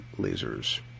lasers